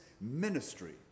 ministry